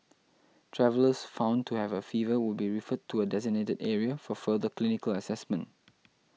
travellers found to have a fever will be referred to a designated area for further clinical assessment